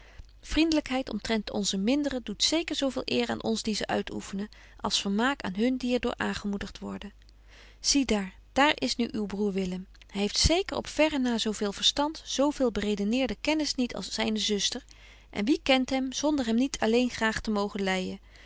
vriendlykheid omtrent onze minderen doet zeker zo veel eer aan ons die ze uitoeffenen als vermaak aan hun die er door aangemoedigt worden zie daar daar is nu uw broêr willem hy heeft zeker op verre na zo veel verstand zo veel beredeneerde kennis niet als zyne zuster en wie kent hem zonder hem niet alleen graag te mogen